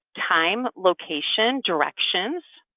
time, location, directions,